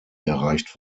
erreicht